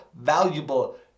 valuable